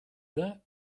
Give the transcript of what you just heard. that